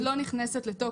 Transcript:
הרפורמה עוד לא נכנסת לתוקף.